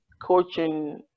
coaching